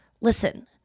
listen